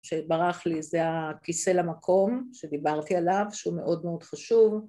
‫שברח לי, זה הכיסא למקום ‫שדיברתי עליו, שהוא מאוד מאוד חשוב.